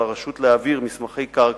על הרשות להעביר מסמכי קרקע,